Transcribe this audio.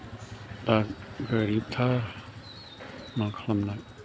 दा गोरिबथार मा खालामनो